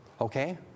Okay